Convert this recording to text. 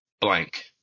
blank